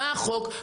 מה החוק,